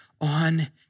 on